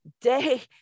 day